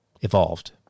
evolved